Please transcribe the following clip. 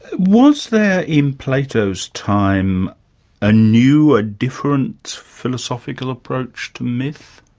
was there in plato's time a new, a different philosophical approach to myth?